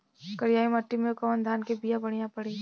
करियाई माटी मे कवन धान के बिया बढ़ियां पड़ी?